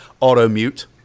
auto-mute